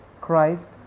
Christ